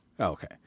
Okay